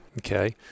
okay